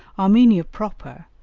armenia proper,